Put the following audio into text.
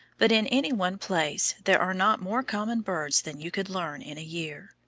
but in any one place there are not more common birds than you could learn in a year.